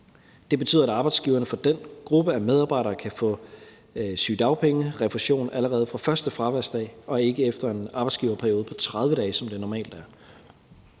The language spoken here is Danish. Det betyder, at arbejdsgiverne for den gruppe af medarbejdere kan få sygedagpengerefusion allerede fra første fraværsdag og ikke efter en arbejdsgiverperiode på 30 dage, som det normalt er.